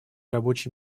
рабочий